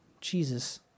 Jesus